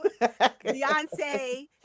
Beyonce